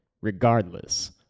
Regardless